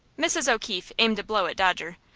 mrs. o'keefe aimed a blow at dodger,